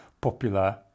popular